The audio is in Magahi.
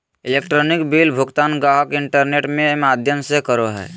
इलेक्ट्रॉनिक बिल भुगतान गाहक इंटरनेट में माध्यम से करो हइ